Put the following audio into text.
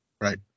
Right